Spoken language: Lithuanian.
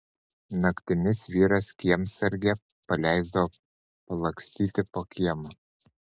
naktimis vyras kiemsargę paleisdavo palakstyti po kiemą